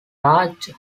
large